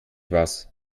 was